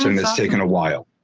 sort of that's taken a while.